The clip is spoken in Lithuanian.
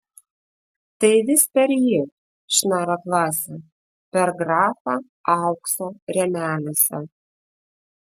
tai vis per jį šnara klasė per grafą aukso rėmeliuose